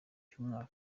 cy’umwaka